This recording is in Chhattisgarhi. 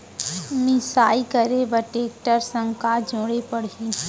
मिसाई करे बर टेकटर संग का जोड़े पड़ही?